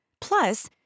Plus